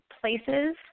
places